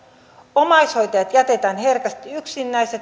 omaishoitajat jätetään herkästi yksin näissä